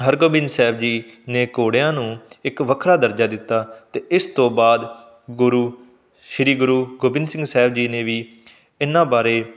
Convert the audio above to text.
ਹਰਗੋਬਿੰਦ ਸਾਹਿਬ ਜੀ ਨੇ ਘੋੜਿਆਂ ਨੂੰ ਇੱਕ ਵੱਖਰਾ ਦਰਜਾ ਦਿੱਤਾ ਅਤੇ ਇਸ ਤੋਂ ਬਾਅਦ ਗੁਰੂ ਸ੍ਰੀ ਗੁਰੂ ਗੋਬਿੰਦ ਸਿੰਘ ਸਾਹਿਬ ਜੀ ਨੇ ਵੀ ਇਹਨਾਂ ਬਾਰੇ